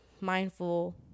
mindful